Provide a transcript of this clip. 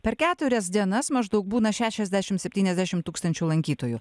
per keturias dienas maždaug būna šešiasdešim septyniasdešim tūkstančių lankytojų